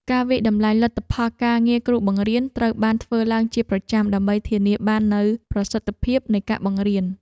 ការវាយតម្លៃលទ្ធផលការងារគ្រូបង្រៀនត្រូវបានធ្វើឡើងជាប្រចាំដើម្បីធានាបាននូវប្រសិទ្ធភាពនៃការបង្រៀន។